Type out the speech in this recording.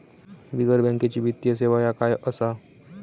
बिगर बँकेची वित्तीय सेवा ह्या काय असा?